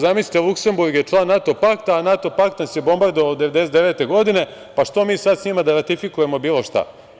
Zamislite, Luksemburg je član NATO pakta, a NATO pakt nas je bombardovao 1999. godine, pa što mi sada sa njima da ratifikujemo bilo šta?